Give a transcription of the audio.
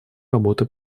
работы